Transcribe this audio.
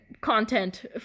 content